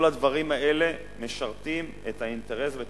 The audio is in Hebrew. כל הדברים האלה משרתים את האינטרס ואת